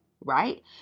right